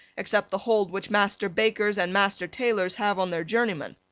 except the hold which master bakers and master tailors have on their journeymen.